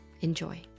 Enjoy